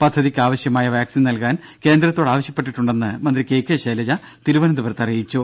പദ്ധതിക്കാവശ്യമായ vaccine നൽകാൻ കേന്ദ്രത്തോട് ആവശ്യപ്പെട്ടിട്ടുണ്ടെന്ന് മന്ത്രി കെ കെ ശൈലജ തിരുവനന്തപുരത്ത് പറഞ്ഞു